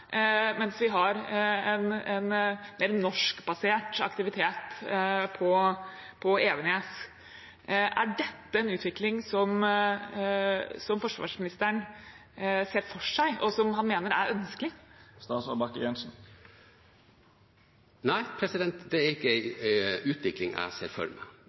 mens vi har en norskbasert aktivitet på Evenes. Er dette en utvikling som forsvarsministeren ser for seg, og som han mener er ønskelig? Nei, det er ikke en utvikling jeg ser for meg.